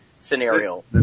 scenario